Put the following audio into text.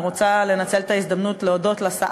ואני רוצה לנצל את ההזדמנות להודות לשר,